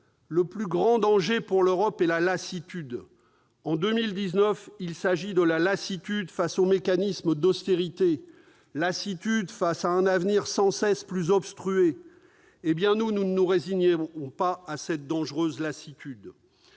Le plus grand danger pour l'Europe est la lassitude. » En 2019, il s'agit de la lassitude face aux mécanismes d'austérité, mais aussi face à un avenir sans cesse plus obstrué. Nous ne nous résignons pas à cette dangereuse lassitude.